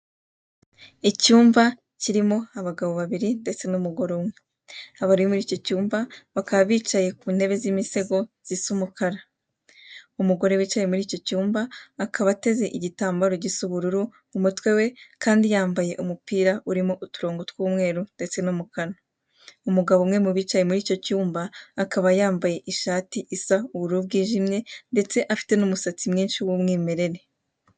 Icyumba kirimo abagabo babiri ndetse n'umugore umwe, abari muri icyo cyuba bakaba bicaye kuntebe z'imisego zisa umukara. Umugore wicaye muri icyo cyumba akaba ateze igitambaro gisa ubururu mu mutwe we kandi yambaye umupira urimo uturongo tw'umweru ndetse n'umukara, umugabo umwe mubicaye muri icyo cyumba akaba yambaye ishati isa ubururu bwijimye ndetse afite n'umusatsi mwinshi w'umwimerere.